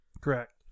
correct